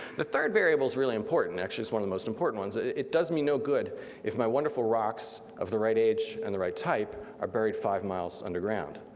the third variable is really important. actually it's one of the most important ones. it does me no good if my wonderful rocks of the right age and the right type are buried five miles underground.